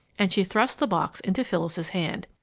and she thrust the box into phyllis's hand.